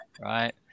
right